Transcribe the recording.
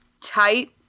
tight